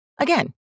Again